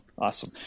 awesome